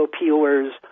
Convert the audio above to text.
peelers